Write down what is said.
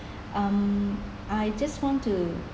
um I just want to